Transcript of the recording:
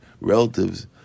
relatives